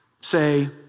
Say